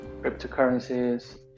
cryptocurrencies